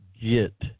get